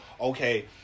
okay